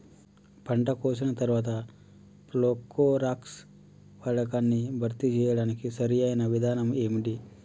పంట కోసిన తర్వాత ప్రోక్లోరాక్స్ వాడకాన్ని భర్తీ చేయడానికి సరియైన విధానం ఏమిటి?